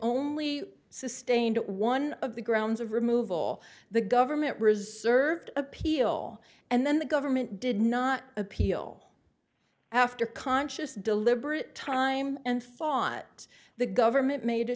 only sustained one of the grounds of removal the government reserved appeal and then the government did not appeal after conscious deliberate time and thought the government made a